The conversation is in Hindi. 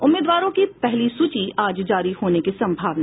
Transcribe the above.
उम्मीदवारों की पहली सूची आज जारी होने की संभावना